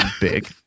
big